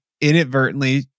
inadvertently